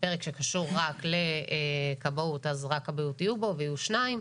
פרק שקשור רק לכבאות אז רק כבאות יהיו בו ויהיו שניים.